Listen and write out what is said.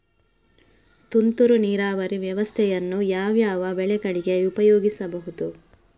ತುಂತುರು ನೀರಾವರಿ ವ್ಯವಸ್ಥೆಯನ್ನು ಯಾವ್ಯಾವ ಬೆಳೆಗಳಿಗೆ ಉಪಯೋಗಿಸಬಹುದು?